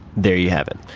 there you have it.